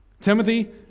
Timothy